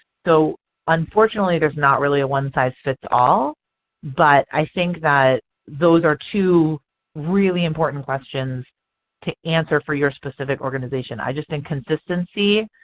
so unfortunately there's not really a one-size-fits-all but i think that those are two really important questions to answer for your specific organization. i just think consistency,